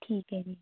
ਠੀਕ ਹੈ ਜੀ